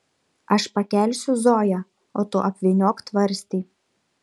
aš pakelsiu zoją o tu apvyniok tvarstį